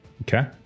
Okay